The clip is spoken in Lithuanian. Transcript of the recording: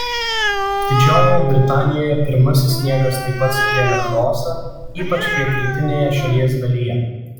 didžiojoje britanijoje pirmasis sniegas taip pat sukėlė chaosą ypač pietrytinėje šalies dalyje